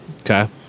Okay